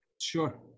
Sure